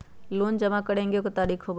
Loan जमा करेंगे एगो तारीक होबहई?